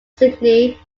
sydney